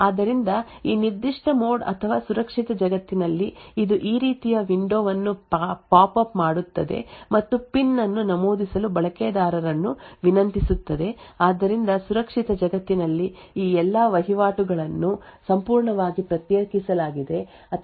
ಆದ್ದರಿಂದ ಈ ನಿರ್ದಿಷ್ಟ ಮೋಡ್ ಅಥವಾ ಸುರಕ್ಷಿತ ಜಗತ್ತಿನಲ್ಲಿ ಇದು ಈ ರೀತಿಯ ವಿಂಡೋ ವನ್ನು ಪಾಪ್ ಅಪ್ ಮಾಡುತ್ತದೆ ಮತ್ತು ಪಿನ್ ಅನ್ನು ನಮೂದಿಸಲು ಬಳಕೆದಾರರನ್ನು ವಿನಂತಿಸುತ್ತದೆ ಆದ್ದರಿಂದ ಸುರಕ್ಷಿತ ಜಗತ್ತಿನಲ್ಲಿ ಈ ಎಲ್ಲಾ ವಹಿವಾಟುಗಳನ್ನು ಸಂಪೂರ್ಣವಾಗಿ ಪ್ರತ್ಯೇಕಿಸಲಾಗಿದೆ ಅಥವಾ ಸಂಪೂರ್ಣವಾಗಿ ಸುರಕ್ಷಿತವಾಗಿ ಮಾಡಲಾಗುತ್ತದೆ ಮತ್ತು ಪ್ರಸ್ತುತ ಯಾವುದೇ ಅಪ್ಲಿಕೇಶನ್ ಗಳಿಂದ ಸಾಮಾನ್ಯ ಜಗತ್ತಿನಲ್ಲಿ ಪ್ರವೇಶಿಸಲಾಗುವುದಿಲ್ಲ